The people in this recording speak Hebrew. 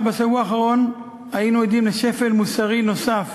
רק בשבוע האחרון היינו עדים לשפל מוסרי נוסף,